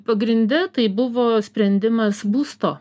pagrinde tai buvo sprendimas būsto